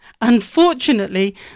Unfortunately